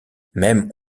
même